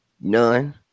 None